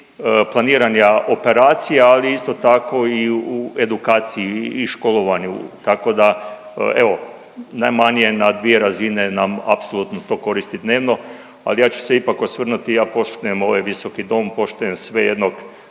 planiranja operacija, ali isto tako i edukaciji i školovanju tako da evo najmanje na dvije razine nam apsolutno to koristi dnevno, ali ja ću se ipak osvrnuti ja poštujem ovaj visoki dom, poštujem sve jednog